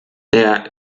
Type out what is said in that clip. der